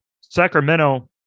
Sacramento